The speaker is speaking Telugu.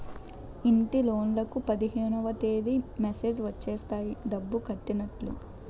ఇంటిలోన్లకు పదిహేనవ తేదీ మెసేజ్ వచ్చేస్తది డబ్బు కట్టైనట్టు